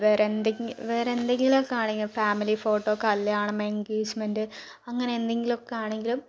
വേറെ എന്തെ വേറെ എന്തെങ്കിലും ആണെങ്കിൽ ഫാമിലി ഫോട്ടോ കല്യാണം എൻഗേജ്മെൻ്റ് അങ്ങനെ എന്തെങ്കിലും ഒക്കെ ആണെങ്കിലും